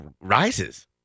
rises